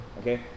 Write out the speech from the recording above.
Okay